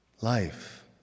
Life